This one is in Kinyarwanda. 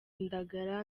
indagara